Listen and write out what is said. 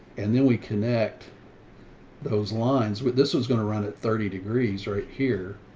and then we connect those lines with, this was going to run at thirty degrees right here.